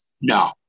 no